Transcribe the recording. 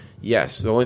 Yes